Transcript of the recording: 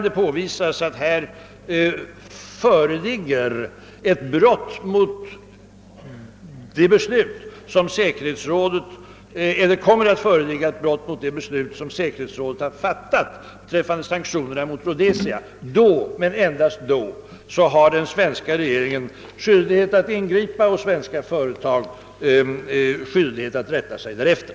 Jag anser att om det kan påvisas, att det kommer att föreligga ett brott mot det beslut som säkerhetsrådet har fattat beträffande sanktionerna mot Rhode sia, då och endast då har den svenska regeringen skyldighet att ingripa och svenska företag skyldighet att rätta sig därefter.